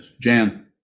Jan